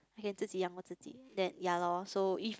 I can 自己养我自己 then ya loh so if